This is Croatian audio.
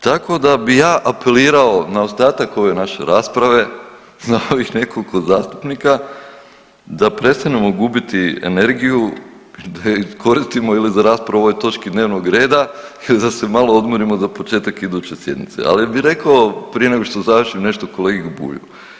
Tako da bi ja apelirao na ostatak ove naše rasprave, na ovih nekoliko zastupnika da prestanemo gubiti energiju, da je koristimo ili za raspravu o ovoj točki dnevnog reda ili da se malo odmorimo za početak iduće sjednice, ali bi rekao prije nego što završim nešto kolegi Bulju.